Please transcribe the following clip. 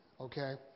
okay